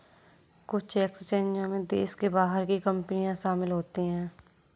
कुछ एक्सचेंजों में देश के बाहर की कंपनियां शामिल होती हैं